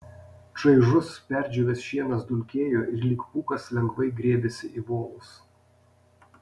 čaižus perdžiūvęs šienas dulkėjo ir lyg pūkas lengvai grėbėsi į volus